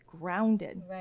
grounded